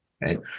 Right